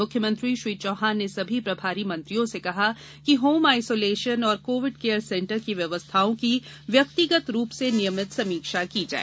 मुख्यमंत्री श्री चौहान ने सभी प्रभारी मंत्रियों से कहा कि होम आयसोलेशन और कोविड केयर सेंटर की व्यवस्थाओं की व्यक्तिगत रूप से नियमित समीक्षा करें